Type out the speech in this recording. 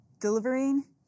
delivering